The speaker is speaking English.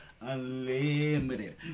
Unlimited